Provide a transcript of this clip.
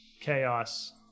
Chaos